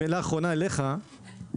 עוד מילה אחרונה אליך --- סליחה,